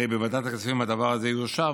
הרי בוועדת הכספים הדבר הזה יאושר,